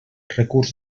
recurs